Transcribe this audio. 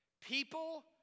People